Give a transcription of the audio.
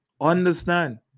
Understand